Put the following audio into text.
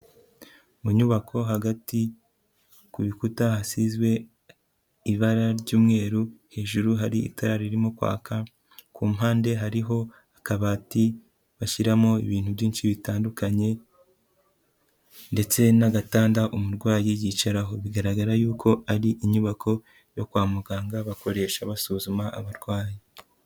Mu nyubako hagati ku bikuta hasizwe ibara ry'umweru, hejuru hari itara ririmo kwaka, ku mpande hariho akabati bashyiramo ibintu byinshi bitandukanye ndetse n'agatanda umurwayi yicaraho, bigaragara yuko ari inyubako yo kwa muganga bakoresha basuzuma abarwayi.